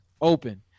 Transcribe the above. open